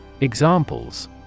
Examples